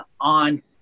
on